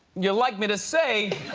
you like me to say